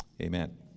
Amen